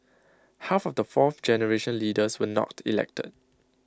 half of the fourth generation leaders were not elected